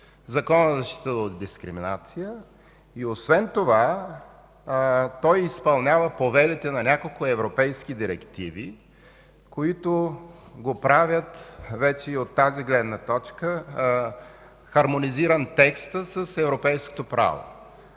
Закона за защита от дискриминация, и освен това той изпълнява повелите на няколко европейски директиви, които го правят вече и от тази гледна точка хармонизиран текст с европейското право.